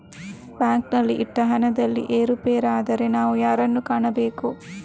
ಬ್ಯಾಂಕಿನಲ್ಲಿ ಇಟ್ಟ ಹಣದಲ್ಲಿ ಏರುಪೇರಾದರೆ ನಾವು ಯಾರನ್ನು ಕಾಣಬೇಕು?